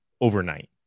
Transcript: overnight